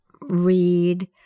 read